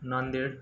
Nanded